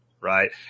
right